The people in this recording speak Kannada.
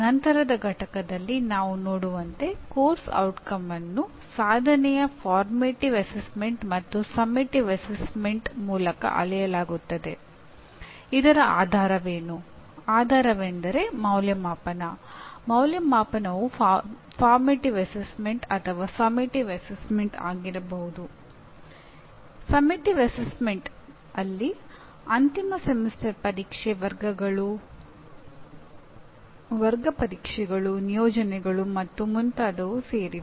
ನಂತರದ ಪಠ್ಯದಲ್ಲಿ ನಾವು ನೋಡುವಂತೆ ಪಠ್ಯಕ್ರಮದ ಪರಿಣಾಮದ ಸಾಧನೆಯನ್ನು ಫಾರ್ಮೆಟಿವ್ ಅಸೆಸ್ಮೆಂಟ್ ಅಲ್ಲಿ ಅಂತಿಮ ಸೆಮಿಸ್ಟರ್ ಪರೀಕ್ಷೆ ವರ್ಗ ಪರೀಕ್ಷೆಗಳು ನಿಯೋಜನೆಗಳು ಮತ್ತು ಮುಂತಾದವು ಸೇರಿವೆ